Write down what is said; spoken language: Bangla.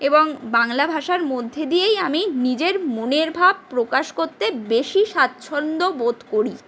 এবং বাংলা ভাষায় মধ্য দিয়েই আমি নিজের মনের ভাব প্রকাশ করতে বেশি স্বাচ্ছন্দ্য বোধ করি